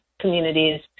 communities